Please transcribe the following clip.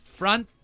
front